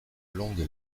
longue